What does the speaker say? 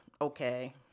okay